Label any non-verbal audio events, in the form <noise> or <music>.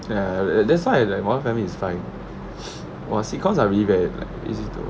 ya and and that's why that modern family is fine <noise> !wah! sitcoms are really like very easy though